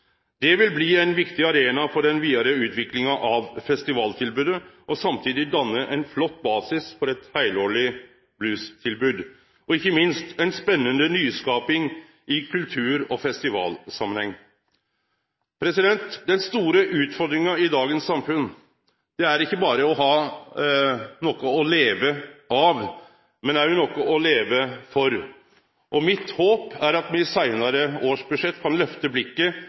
Det vil bli ein viktig arena for den vidare utviklinga av festivaltilbodet, og samtidig danne ein flott basis for eit heilårleg bluestilbod – og ikkje minst ei spennande nyskaping i kultur- og festivalsamanheng. Den store utfordringa i dagens samfunn er ikkje berre å ha noko å leve av, men òg noko å leve for. Mitt håp er at me i seinare års budsjett kan